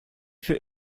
für